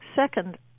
Second